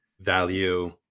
value